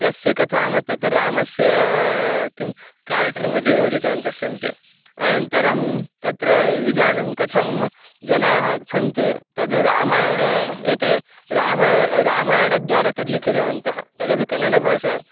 तस्य कथां तत्र रामस्य किं केरेक्टर् मध्ये योजितवन्तः सन्ति अनन्तरं तत्र इदानीं कथं जनाः सन्ति तद् रामायणे एते रामायणे रामायणद्वारा तद् लिखितवन्तः तदपि कन्नडभाषायां